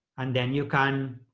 and then you can,